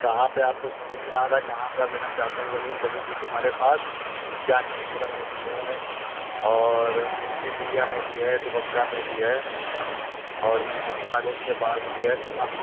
कहाँ पर आपको समझ में आ रहा है कहाँ पर आप लेना चाहते हैं ज़मीन ज़मीन देखिए हमारे पास जानकीपुरम में भी है और मुंशी पुलिया में भी है दबग्गा में भी है और इंजीनेरिंग कॉलेज के पास भी है तो कहाँ